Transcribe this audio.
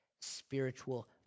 spiritual